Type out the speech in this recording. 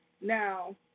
Now